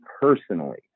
personally